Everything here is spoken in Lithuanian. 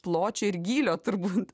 pločio ir gylio turbūt